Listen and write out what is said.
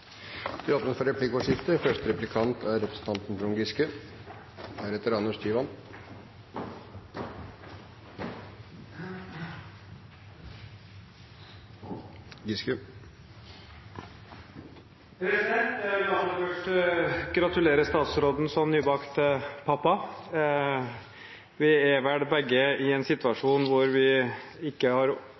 La meg først gratulere statsråden som nybakt pappa. Vi er vel begge i en situasjon hvor vi ikke overdrevent har